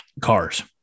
cars